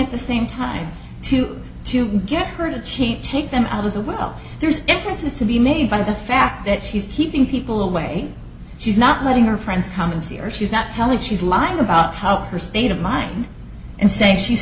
at the same time to to get her to change take them out of the well there's differences to be made by the fact that she's keeping people away she's not letting her friends come and see her she's not telling she's lying about how her state of mind and saying she's